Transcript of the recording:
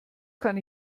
kann